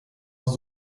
auch